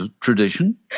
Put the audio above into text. tradition